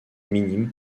minime